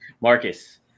marcus